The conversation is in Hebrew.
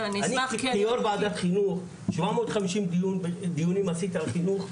כיו"ר ועדת חינוך עשיתי 700 דיונים על חינוך,